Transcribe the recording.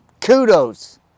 Kudos